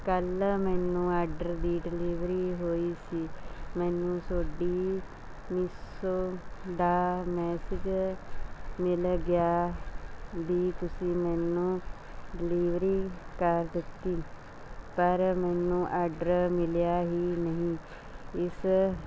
ਕੱਲ੍ਹ ਮੈਨੂੰ ਆਡਰ ਦੀ ਡਿਲੀਵਰੀ ਹੋਈ ਸੀ ਮੈਨੂੰ ਤੁਹਾਡੀ ਮੀਸੋ ਦਾ ਮੈਸੇਜ ਮਿਲ ਗਿਆ ਵੀ ਤੁਸੀਂ ਮੈਨੂੰ ਡਿਲੀਵਰੀ ਕਰ ਦਿੱਤੀ ਪਰ ਮੈਨੂੰ ਆਡਰ ਮਿਲਿਆ ਹੀ ਨਹੀਂ ਇਸ